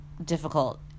difficult